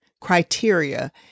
criteria